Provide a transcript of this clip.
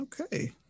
Okay